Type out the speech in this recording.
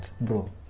bro